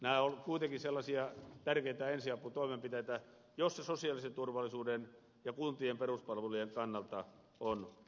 nämä ovat kuitenkin sellaisia tärkeitä ensiaputoimenpiteitä joissa sosiaalisen turvallisuuden ja kuntien peruspalvelujen kannalta on mentävä eteenpäin